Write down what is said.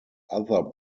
other